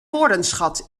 woordenschat